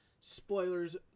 spoilers